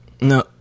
no